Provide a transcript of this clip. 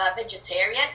vegetarian